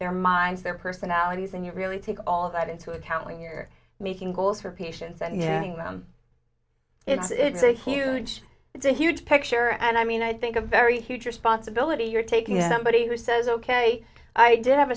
their minds their personalities and you really take all of that into account when you're making goals for patients and knowing them it's a huge it's a huge picture and i mean i think a very huge responsibility you're taking somebody who says ok i did have